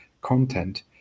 content